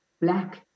black